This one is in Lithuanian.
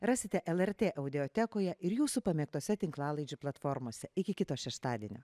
rasite lrt audiotekoje ir jūsų pamėgtose tinklalaidžių platformose iki kito šeštadienio